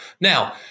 Now